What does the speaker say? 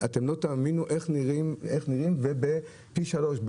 אתם לא תאמינו איך נראים ופי 3,